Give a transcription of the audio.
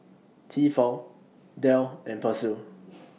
Tefal Dell and Persil